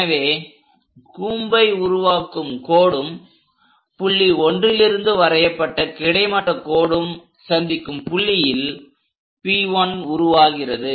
எனவே கூம்பை உருவாக்கும் கோடும் புள்ளி 1லிருந்து வரையப்பட்ட கிடைமட்ட கோடும் சந்திக்கும் புள்ளியில் P1 உருவாகிறது